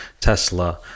Tesla